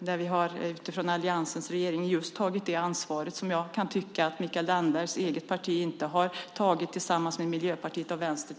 Där har alliansregeringen tagit just det ansvar som jag tycker att Mikael Dambergs eget parti inte tagit tillsammans med Miljöpartiet och Vänstern.